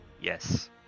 Yes